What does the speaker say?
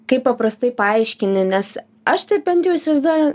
kaip paprastai paaiškini nes aš tai bent jau įsivaizduoju